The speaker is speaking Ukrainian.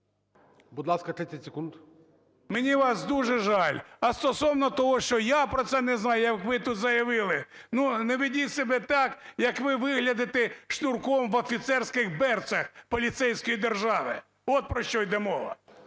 Мені вас дуже жаль. А стосовно того, що я про це не знаю, як ви тут заявили, ну, не ведіть себе так, як ви виглядаєте шнурком в офіцерських берцах поліцейської держави. От про що іде мова.